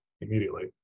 immediately